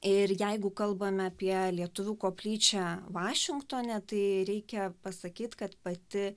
ir jeigu kalbame apie lietuvių koplyčią vašingtone tai reikia pasakyti kad pati